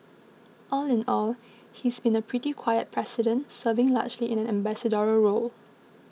all in all he's been a pretty quiet president serving largely in an ambassadorial role